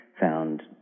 found